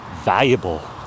valuable